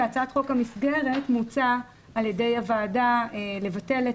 בהצעת חוק המסגרת מוצע על ידי הוועדה לבטל את